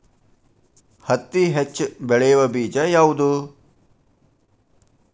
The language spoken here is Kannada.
ಹತ್ತಿ ಹೆಚ್ಚ ಬೆಳೆಯುವ ಬೇಜ ಯಾವುದು?